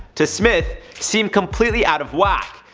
to smith seem completely out of whack,